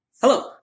Hello